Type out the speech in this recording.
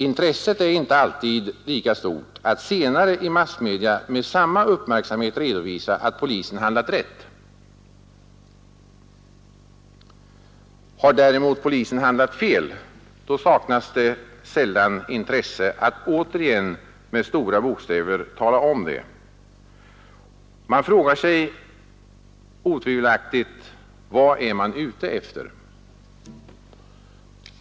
Intresset är inte alltid lika stort att senare i massmedia med samma uppmärksamhet redovisa att polisen handlat rätt. Har däremot polisen handlat fel saknas sällan intresse att återigen med stora bokstäver tala om det. Man frågar sig otvivelaktigt vad som är syftet.